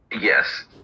Yes